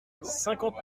cinquante